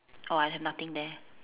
orh I have nothing there